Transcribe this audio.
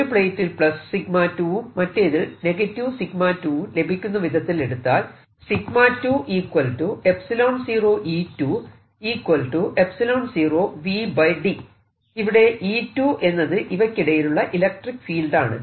ഒരു പ്ലേറ്റിൽ 𝜎2 വും മറ്റേതിൽ 𝜎2 വും ലഭിക്കുന്ന വിധത്തിൽ എടുത്താൽ ഇവിടെ E2 എന്നത് ഇവക്കിടയിലുള്ള ഇലക്ട്രിക്ക് ഫീൽഡ് ആണ്